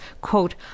quote